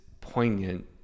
poignant